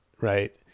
Right